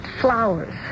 flowers